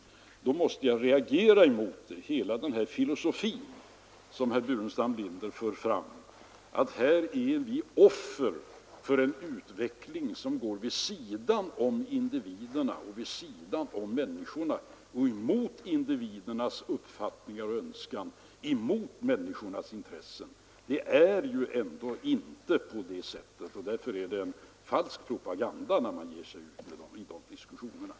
Jag måste därför reagera mot den filosofi som herr Burenstam Linder ger uttryck för, nämligen att vi är offer för en utveckling som går emot individernas uppfattningar och önskemål, emot människornas intressen. Det är ju ändå inte på det sättet. Därför är det en falsk propaganda man för när man drar upp sådana diskussioner.